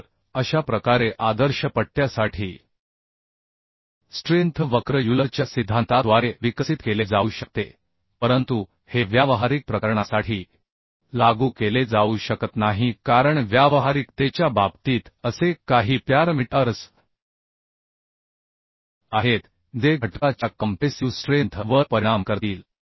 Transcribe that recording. तर अशा प्रकारे आदर्श पट्ट्यासाठी स्ट्रेंथ वक्र युलरच्या सिद्धांताद्वारे विकसित केले जाऊ शकते परंतु हे व्यावहारिक प्रकरणासाठी लागू केले जाऊ शकत नाही कारण व्यावहारिकतेच्या बाबतीत असे काही प्यारमिटअर्स आहेत जे घटका च्या कॉम्प्रेसिव स्ट्रेंथ वर परिणाम करतील